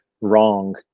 wrong